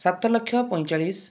ସାତ ଲକ୍ଷ ପଇଁଚାଳିଶି